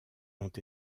ont